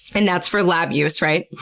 and that's for lab use, right?